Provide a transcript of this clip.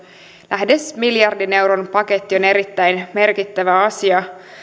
lähes miljardin euron paketti on erittäin merkittävä asia